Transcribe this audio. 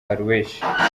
karrueche